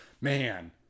man